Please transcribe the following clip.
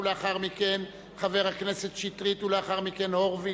ולאחר מכן, חבר הכנסת שטרית, ולאחר מכן, הורוביץ.